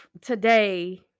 today